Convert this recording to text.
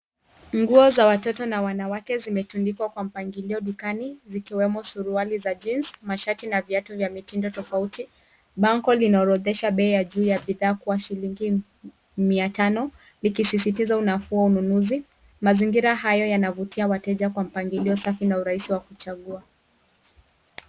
Nguo za watoto na wanawake zimetundikwa kwa mpangilio dukani zikiwemo suruali za jeans ,mashati na viatu vya mitindo tofauti. Bango linaorodhesha bei ya juu ya bidhaa kuwa shilingi mia tano likisisitiza unakua ununuzi. Mazingira haya yanavutia wateja kwa mpangilio safi na rahisi wa kuchagua.